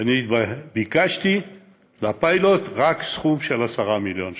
ואני ביקשתי בפיילוט רק סכום של 10 מיליון שקל,